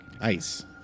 Ice